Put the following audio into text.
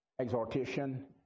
exhortation